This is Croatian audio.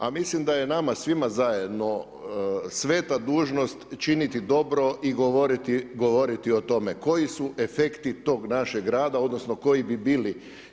A mislim da je nama svima zajedno sveta dužnost činiti dobro i govoriti o tome koji su efekti tog našeg rada odnosno koji bi bili.